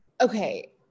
Okay